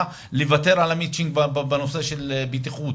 הוא לוותר על המצ'ינג בנושא של בטיחות,